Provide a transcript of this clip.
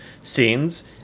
scenes